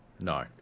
No